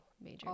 major